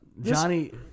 Johnny